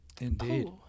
Indeed